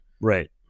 Right